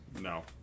no